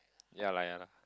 ya lah ya lah